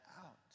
out